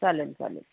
चालेल चालेल